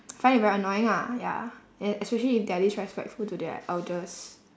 find it very annoying ah ya and especially if they are disrespectful to their elders